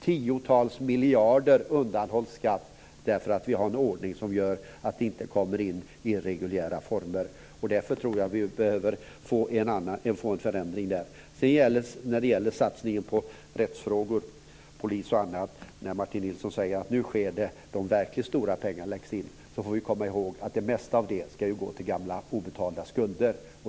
Tiotals miljarder undanhålls skatt därför att vi har en ordning som gör att de inte kommer in i reguljära former. Därför tror jag att vi behöver få en förändring där. När det gäller satsningen på rättsfrågor, polis och annat, säger Martin Nilsson att de verkligt stora pengarna nu läggs in där. Vi måste komma ihåg att det mesta av det ska gå till gamla obetalda skulder.